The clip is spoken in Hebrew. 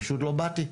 פשוט לא באתי.